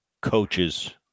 coaches